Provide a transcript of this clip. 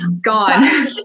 God